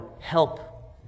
help